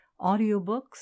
audiobooks